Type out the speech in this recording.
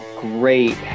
great